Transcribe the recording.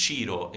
Ciro